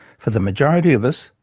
for the majority of us,